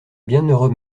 bienheureux